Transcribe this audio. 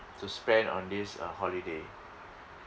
to spend on this uh holiday